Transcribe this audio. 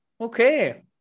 okay